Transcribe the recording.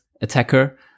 attacker